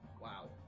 Wow